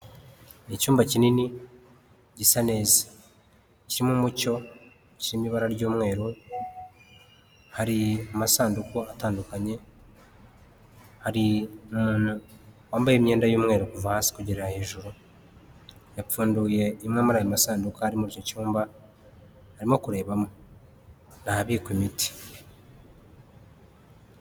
Ni icyumba kinini gisa neza, kirimo umucyo kirimo ibara ry'umweru, hari amasanduku atandukanye, hari umuntu wambaye imyenda y'umweru kuva hasi kugera hejuru, yapfunduye imwe muri ayo masanduku ari muri icyo cyumba arimo kurebamo, ni ahabikwa imiti.